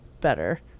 better